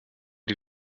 die